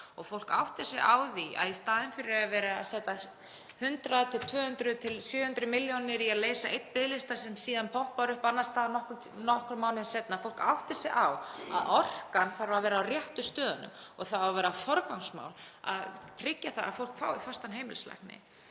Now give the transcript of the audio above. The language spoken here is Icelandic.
fólk átti sig á því að í staðinn fyrir að vera að setja 100 eða 200 eða 700 milljónir í að leysa einn biðlista sem síðan poppar upp annars staðar nokkrum mánuðum seinna þarf orkan að vera á réttu stöðunum og það á að vera forgangsmál að tryggja að fólk fái fastan heimilislækni.